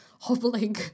hobbling